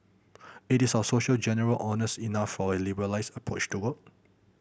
it is our society generally honest enough for a liberalised approach to work